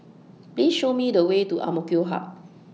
Please Show Me The Way to Amk Hub